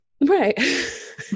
right